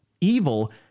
Evil